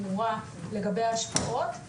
ברורה לגבי ההשפעות,